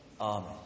Amen